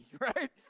right